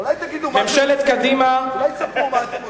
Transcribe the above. אולי תספרו מה אתם עושים?